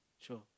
Sure